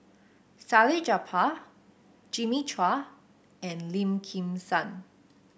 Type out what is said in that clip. Salleh Japar Jimmy Chua and Lim Kim San